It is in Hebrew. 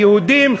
היהודים,